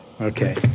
Okay